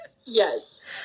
Yes